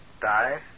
Die